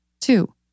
Two